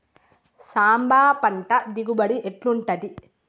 సాంబ పంట దిగుబడి ఎట్లుంటది?